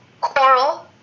coral